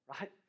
right